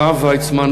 הרב ויצמן,